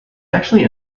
actually